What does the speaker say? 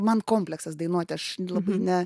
man kompleksas dainuoti aš labai ne